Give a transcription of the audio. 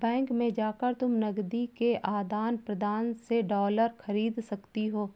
bank में जाकर तुम नकदी के आदान प्रदान से डॉलर खरीद सकती हो